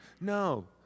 No